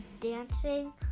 dancing